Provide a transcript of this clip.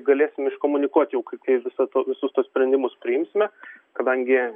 galėsim iškomunikuot jau kai kai visa tuo visus tuos sprendimus priimsime kadangi